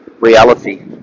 reality